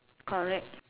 correct